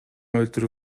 өлтүрүү